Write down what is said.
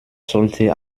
sollte